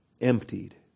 emptied